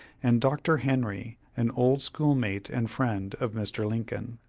and dr. henry, an old schoolmate and friend of mr. lincoln.